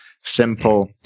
simple